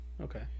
Okay